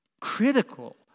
critical